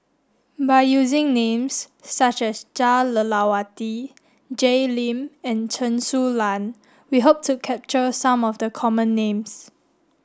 by using names such as Jah Lelawati Jay Lim and Chen Su Lan we hope to capture some of the common names